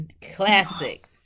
classic